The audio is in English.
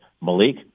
Malik